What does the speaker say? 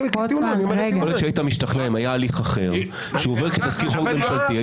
יכול להיות שהיית משתכנע אם היה הליך אחר שעובר כתזכיר חוק ממשלתי.